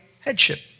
headship